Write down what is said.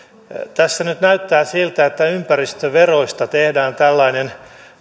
tässä nyt näyttää siltä että ympäristöveroista tehdään tällainen